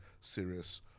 serious